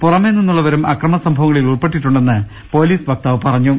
പുറമെ നിന്നുള്ളവരും അക്രമ സംഭവങ്ങ ളിൽ ഉൾപ്പെട്ടിട്ടുണ്ടെന്ന് പൊലീസ് വക്താവ് പറഞ്ഞു